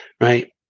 right